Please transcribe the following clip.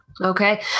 okay